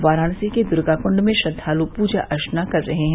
वराणसी के दुर्गकुण्ड में श्रद्वालु पूजा अर्वना कर रहे हैं